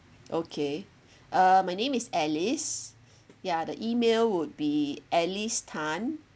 okay uh my name is alice ya the email would be alice tan